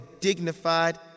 dignified